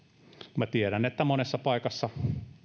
minä tiedän että monessa paikassa